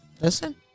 Listen